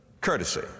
courtesy